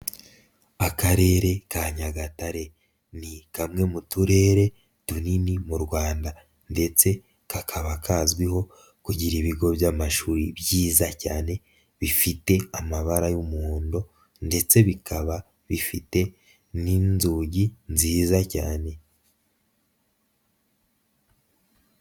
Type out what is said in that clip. Akarere ka Nyagatare ni kamwe mu turere dunini mu Rwanda ndetse kakaba kazwiho kugira ibigo by'amashuri byiza cyane bifite amabara y'umuhondo ndetse bikaba bifite n'inzugi nziza cyane.